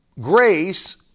grace